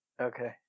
Okay